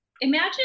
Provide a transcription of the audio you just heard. Imagine